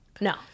No